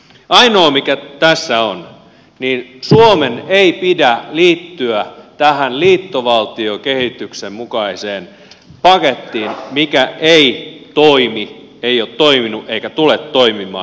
ainoa mikä tässä on selvää on se että suomen ei pidä liittyä tähän liittovaltiokehityksen mukaiseen pakettiin joka ei toimi ei ole toiminut eikä tule toimimaan